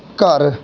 ਘਰ